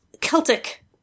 Celtic